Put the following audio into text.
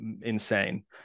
insane